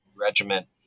Regiment